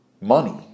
money